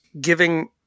giving –